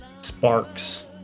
sparks